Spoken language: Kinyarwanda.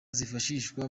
zifashishwa